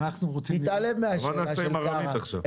תתעלם מהשאלה של קארה,